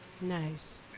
Nice